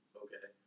okay